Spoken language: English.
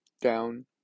down